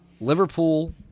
Liverpool